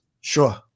Sure